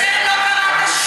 לא זה מה שאמרנו.